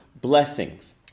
Blessings